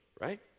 right